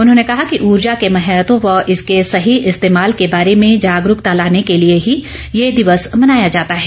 उन्होंने कहा कि ऊर्जा के महत्व व इसके सही इस्तेमाल के बारे में जागरूकता लाने के लिए ही ये दिवस मनाया जाता है